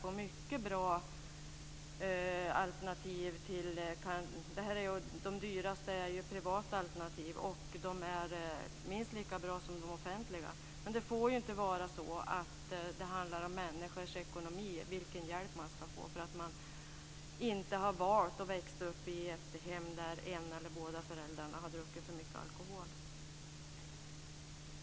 De dyraste alternativen är privata och minst lika bra som de offentliga. Det får inte vara så att den hjälp dessa människor får ska vara beroende av deras ekonomi. De har inte valt att växa upp i ett hem där den ena eller båda föräldrarna har druckit för mycket alkohol.